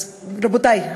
רבותי,